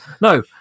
no